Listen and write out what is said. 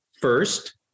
First